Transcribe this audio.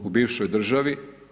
U bivšoj državi.